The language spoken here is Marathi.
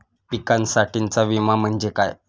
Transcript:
पिकांसाठीचा विमा म्हणजे काय?